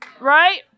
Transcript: right